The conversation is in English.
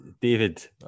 David